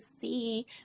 see